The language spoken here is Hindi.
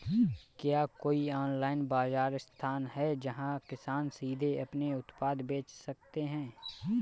क्या कोई ऑनलाइन बाज़ार स्थान है जहाँ किसान सीधे अपने उत्पाद बेच सकते हैं?